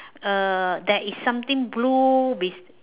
uh there is something blue with